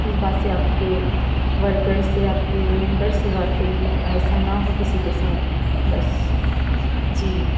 اِس بات سے آپ کے ورکر سے آپ کے ممبر سے بات کریے ایسا نا ہو کسی کے ساتھ بس جی